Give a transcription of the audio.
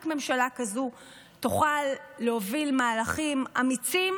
רק ממשלה כזאת תוכל להוביל מהלכים אמיצים